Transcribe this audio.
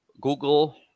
Google